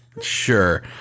sure